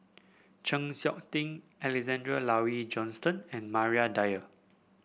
Chng Seok Tin Alexander Laurie Johnston and Maria Dyer